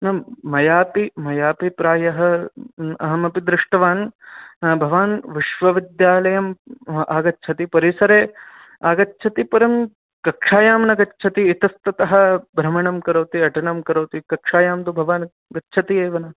न मयापि मयापि प्रायः अहमपि दृष्टवान् भवान् विश्वविद्यालयम् आगच्छति परिसरे आगच्छति परं कक्षायां न गच्छति इतस्ततः भ्रमणं करोति अटनं करोति कक्षायां तु भवान् गच्छति एव